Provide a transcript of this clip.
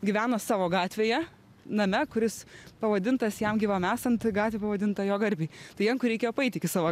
gyveno savo gatvėje name kuris pavadintas jam gyvam esant gatvė pavadinta jo garbei tai jankui reikėjo paeit iki savo